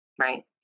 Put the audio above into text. right